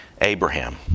Abraham